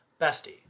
Bestie